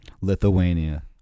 Lithuania